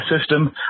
system